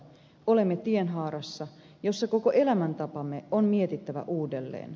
olemme tienhaarassa jossa koko elämäntapamme on mietittävä uudelleen